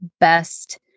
best